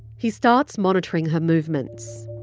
he starts monitoring her movements,